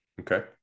okay